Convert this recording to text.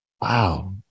wow